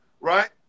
right